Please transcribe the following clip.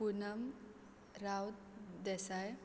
Poonam Raut Desai